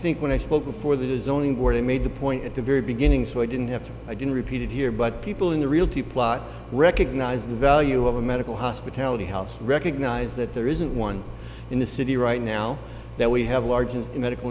think when i spoke before that is only where i made the point at the very beginning so i didn't have to i didn't repeat it here but people in the realty plot recognize the value of a medical hospitality house recognize that there isn't one in the city right now that we have large and medical